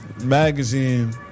Magazine